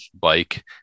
bike